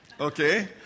okay